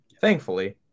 Thankfully